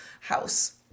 house